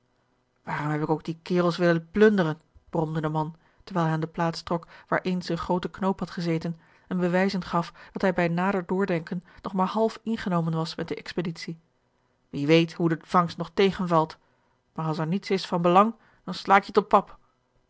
waarom heb ik ook die kerels willen plunderen bromde de man terwijl hij aan de plaats trok waar eens een groote knoop had gezeten en bewijzen gaf dat hij bij nader doordenken nog maar half ingenomen was met de expeditie wie weet hoe de vangst nog tegenvalt maar als er niets is van belang dan sla ik je tot pap